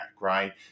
right